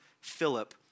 Philip